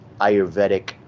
ayurvedic